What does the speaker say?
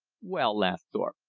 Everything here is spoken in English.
well, laughed thorpe,